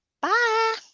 Bye